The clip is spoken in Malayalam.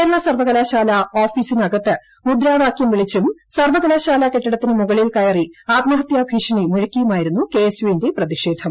കേരള സർവ്വകലാശാല ഓഫീസിനകത്ത് മുദ്രാവാക്യം വിളിച്ചും സർവ്വകലാശാല കെട്ടിടത്തിന് മുകളിൽ കയറി ആത്മഹത്യാ ഭീഷണി മുഴക്കിയുമായിരുന്നു കെഎസ്യുവിന്റെ പ്രതിഷേധം